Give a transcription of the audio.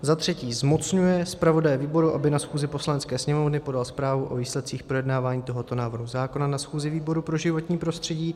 III. zmocňuje zpravodaje výboru, aby na schůzi Poslanecké sněmovny podal zprávu o výsledcích projednávání tohoto návrhu zákona na schůzi výboru pro životní prostředí;